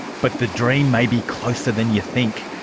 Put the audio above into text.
but the dream may be closer than you think.